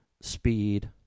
speed